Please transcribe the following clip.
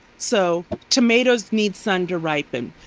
so tomatoes need sun to ripen.